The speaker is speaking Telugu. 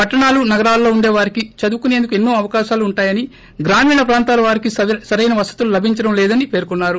పట్టణాలు నగరాలలో ఉండే వారికి చదువుకునేందుకు ఎన్నో అవకాశాలు ఉంటాయని గ్రామీణ ప్రాంతాల వారికి సరైన వసతులు లభించడం లేదని పేర్కొన్నారు